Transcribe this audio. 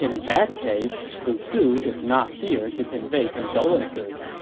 in that case, lu su is not here to convey condolences.